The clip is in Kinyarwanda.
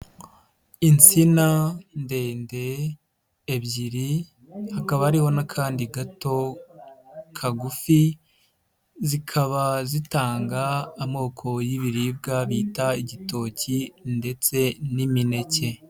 Insina ndende ebyiri hakaba hariho n'akandi gato kagufi zikaba zitanga amoko y'ibiribwa bita igitoki ndetse n'imineke.